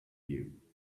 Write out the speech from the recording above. you